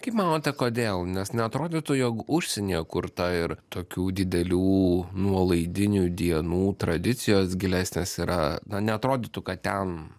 kaip manote kodėl nes neatrodytų jog užsienyje kur ta ir tokių didelių nuolaidinių dienų tradicijos gilesnės yra na neatrodytų kad ten